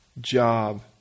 job